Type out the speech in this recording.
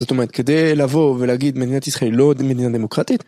זאת אומרת, כדי לבוא ולהגיד, מדינת ישראל היא לא מדינה דמוקרטית.